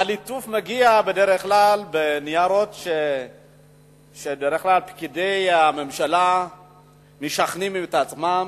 הליטוף מגיע בדרך כלל בניירות שפקידי הממשלה משכנעים את עצמם,